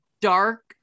dark